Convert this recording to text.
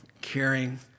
caring